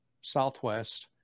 Southwest